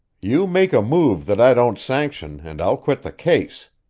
you make a move that i don't sanction, and i'll quit the case!